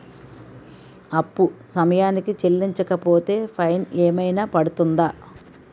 అప్పు సమయానికి చెల్లించకపోతే ఫైన్ ఏమైనా పడ్తుంద?